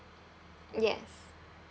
yes